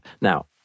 Now